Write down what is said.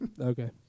Okay